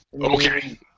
okay